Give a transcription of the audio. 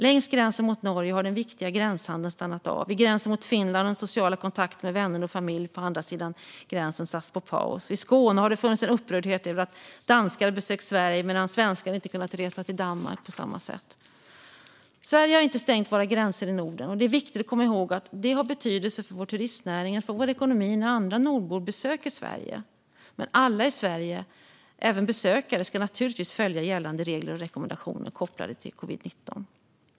Längs gränsen mot Norge har den viktiga gränshandeln stannat av. Vid gränsen mot Finland har de sociala kontakterna med vänner och familj på andra sidan gränsen sats på paus. I Skåne har det funnits en upprördhet över att danskar besöker Sverige medan svenskar inte har kunnat resa till Danmark på samma sätt. Sverige har inte stängt sina gränser i Norden. Det är viktigt att komma ihåg att det har betydelse för vår turistnäring och för vår ekonomi när andra nordbor besöker Sverige. Men alla i Sverige, även besökare, ska naturligtvis följa gällande regler och rekommendationer kopplade till covid-19.